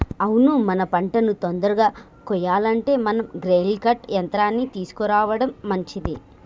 అవును మన పంటను తొందరగా కొయ్యాలంటే మనం గ్రెయిల్ కర్ట్ యంత్రాన్ని తీసుకురావడం మంచిది